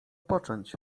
począć